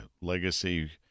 legacy